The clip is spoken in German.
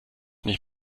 mich